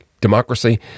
democracy